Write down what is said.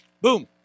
boom